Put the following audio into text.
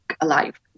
alive